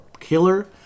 Killer